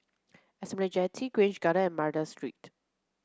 Esplanade Jetty Grange Garden and Madras Street